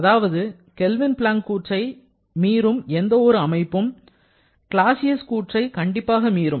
அதாவது Kelvin Planck கூற்றை மீறும் எந்த ஒரு அமைப்பும் கிளாசியஸ் கூற்றை கண்டிப்பாக மீறும்